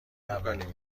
اولین